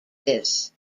this